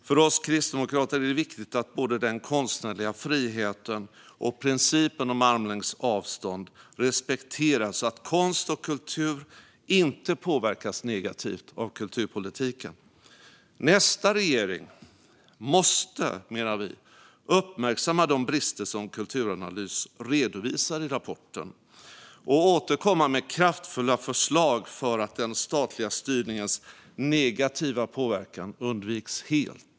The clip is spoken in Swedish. För oss kristdemokrater är det viktigt att både den konstnärliga friheten och principen om armlängds avstånd respekteras, så att konst och kultur inte påverkas negativt av kulturpolitiken. Nästa regering måste, menar vi, uppmärksamma de brister som Kulturanalys redovisar i rapporten och återkomma med kraftfulla förslag så att den statliga styrningens negativa påverkan helt undviks.